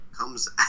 comes